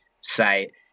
site